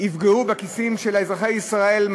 יפגעו בכיסים של אזרחי ישראל,